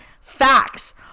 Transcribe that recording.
facts